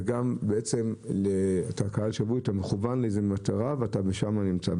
וגם כקהל שבוי אתה מכוון מטרה ושם אתה נמצא.